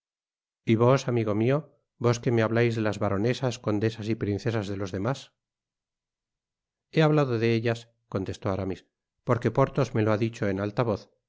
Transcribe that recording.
y vos amigo mío vos que me hablais de las baronesas condesas y princesas de los demás he hablado de ellas contestó aramis porque porthos me lo ha dicho en alta